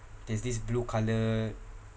there's this blue colour